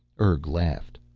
urg laughed.